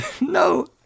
No